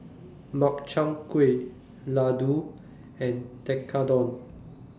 Makchang Gui Ladoo and Tekkadon